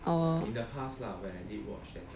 orh